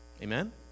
Amen